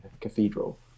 cathedral